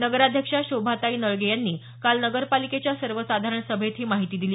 नगराध्यक्षा शोभाताई नळगे यांनी काल नगर पालिकेच्या सर्वसाधारण सभेत ही माहिती दिली